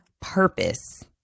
purpose